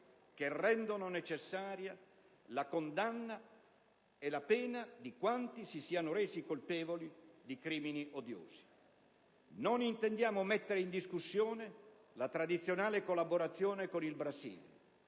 che rendono necessaria la condanna e l'assoggettamento a pena di quanti si siano resi colpevoli di crimini odiosi. Non intendiamo mettere in discussione la tradizionale collaborazione con il Brasile,